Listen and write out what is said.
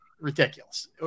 ridiculous